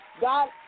God